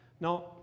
Now